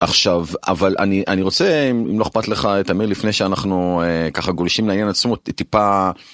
עכשיו אבל אני אני רוצה אם לא אכפת לך תמיר לפני שאנחנו ככה גולשים לעניין עצמו טיפה.